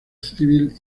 civil